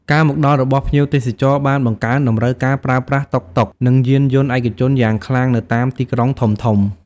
ការមកដល់របស់ភ្ញៀវទេសចរបានបង្កើន តម្រូវការប្រើប្រាស់តុកតុក និងយានយន្តឯកជនយ៉ាងខ្លាំងនៅតាមទីក្រុងធំៗ។